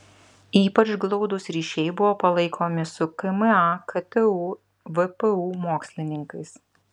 ypač glaudūs ryšiai buvo palaikomi su kma ktu vpu mokslininkais